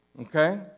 okay